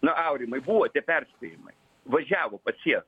na aurimai buvo tie perspėjimai važiavo pas jas